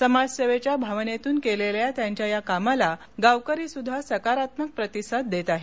समाजसेवेच्या भावनेतून केलेल्या त्यांच्या या कामाला गावाकरीसुद्धा सकारात्मक प्रतिसाद देत आहेत